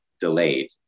delayed